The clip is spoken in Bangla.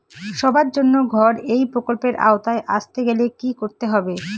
সবার জন্য ঘর এই প্রকল্পের আওতায় আসতে গেলে কি করতে হবে?